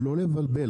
לא לבלבל,